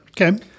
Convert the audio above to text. Okay